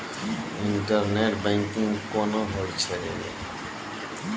Internet banking कोना होय छै?